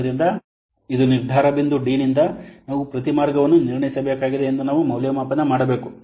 ಆದ್ದರಿಂದ ಇದು ನಿರ್ಧಾರ ಬಿಂದು ಡಿನಿಂದ ನಿರ್ಧಾರ ಬಿಂದುಡಿ ನಾವು ಪ್ರತಿ ಮಾರ್ಗವನ್ನು ನಿರ್ಣಯಿಸಬೇಕಾಗಿದೆ ಎಂದು ನಾವು ಮೌಲ್ಯಮಾಪನ ಮಾಡಬೇಕು